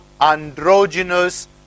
androgynous